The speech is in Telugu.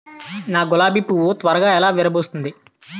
నా గులాబి పువ్వు ను త్వరగా ఎలా విరభుస్తుంది?